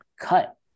cut